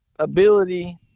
ability